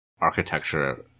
architecture